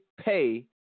pay